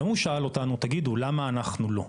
גם הוא שאל אותנו תגידו, למה אנחנו לא.